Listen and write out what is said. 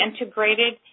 integrated